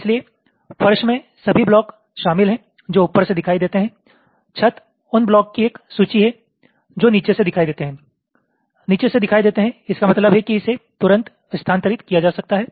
इसलिए फर्श में सभी ब्लॉक शामिल हैं जो ऊपर से दिखाई देते हैं छत उन ब्लॉक की एक सूची है जो नीचे से दिखाई देते हैं नीचे से दिखाई देते हैं इसका मतलब है कि इसे तुरंत स्थानांतरित किया जा सकता है